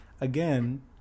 Again